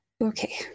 Okay